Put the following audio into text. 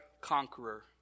conqueror